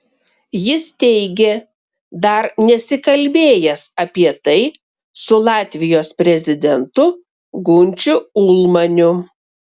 jis teigė dar nesikalbėjęs apie tai su latvijos prezidentu gunčiu ulmaniu